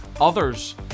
others